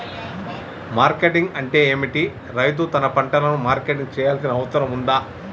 Marketing అంటే ఏమిటి? రైతు తన పంటలకు మార్కెటింగ్ చేయాల్సిన అవసరం ఉందా?